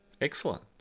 Excellent